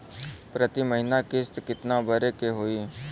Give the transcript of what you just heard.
प्रति महीना किस्त कितना भरे के होई?